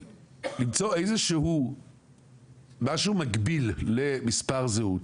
למצוא איזה שהוא משהו מקביל למספר זהות,